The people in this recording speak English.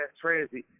transit